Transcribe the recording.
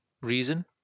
reason